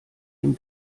dem